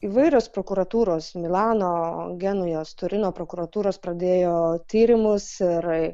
įvairios prokuratūros milano genujos turino prokuratūros pradėjo tyrimus ir